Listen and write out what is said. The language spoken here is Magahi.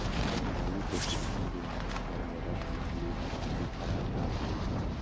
हम आलु को कितना दिन तक घर मे रख सकली ह ताकि खराब न होई?